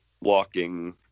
walking